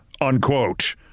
unquote